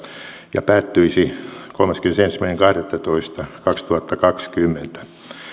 ja päättyisi kolmaskymmenesensimmäinen kahdettatoista kaksituhattakaksikymmentä